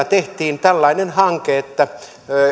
tehtiin tällainen hanke että